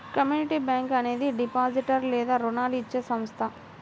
community bank అనేది depository లేదా రుణాలు ఇచ్చే సంస్థ